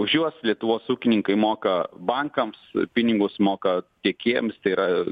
už juos lietuvos ūkininkai moka bankams pinigus moka tiekėjams tai yra